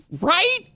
right